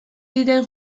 ziren